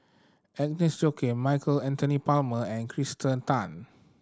Agnes Joaquim Michael Anthony Palmer and Kirsten Tan